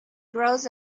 grows